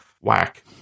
whack